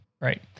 Right